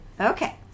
Okay